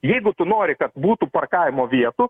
jeigu tu nori kad būtų parkavimo vietų